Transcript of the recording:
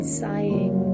sighing